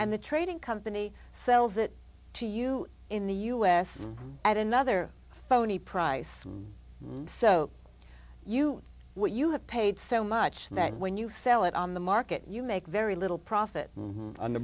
and the trading company sells it to you in the u s at another phony price so you what you have paid so much that when you sell it on the market you make very little profit on the